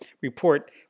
report